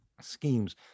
schemes